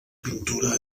pintura